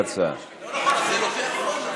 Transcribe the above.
לאחר ההצעה.